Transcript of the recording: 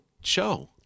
show